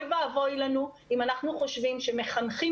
אוי ואבוי לנו אם אנחנו חושבים שמחנכים